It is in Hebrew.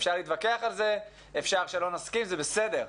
אפשר להתווכח על זה, אפשר שלא נסכים, זה בסדר,